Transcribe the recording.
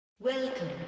Welcome